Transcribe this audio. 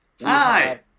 Hi